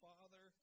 Father